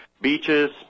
beaches